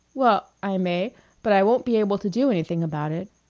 well, i may but i won't be able to do anything about it.